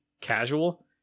casual